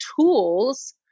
tools